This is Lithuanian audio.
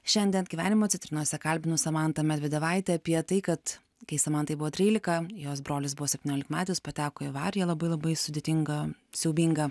šiandien gyvenimo citrinose kalbinu samantą medvedevaitę apie tai kad kai samantai buvo trylika jos brolis buvo septyniolikmetis pateko į avariją labai labai sudėtingą siaubingą